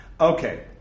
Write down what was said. okay